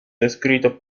descrito